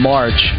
March